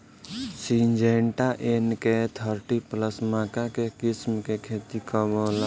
Syngenta NK thirty plus मक्का के किस्म के खेती कब होला?